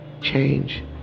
change